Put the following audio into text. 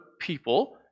people